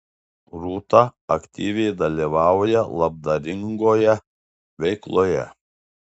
rūta aktyviai dalyvauja labdaringoje veikloje